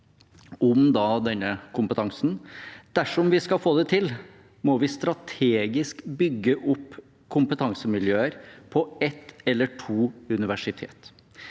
om denne kompetansen: «Dersom vi skal få det til, må vi strategisk bygge opp kompetansemiljøer på et eller to universitet.